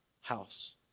house